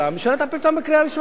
הממשלה תפיל אותן בקריאה ראשונה,